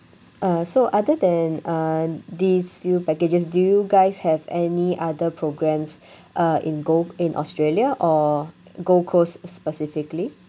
uh so other than uh these few packages do you guys have any other programmes uh in gold in australia or gold coast specifically